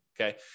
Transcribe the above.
okay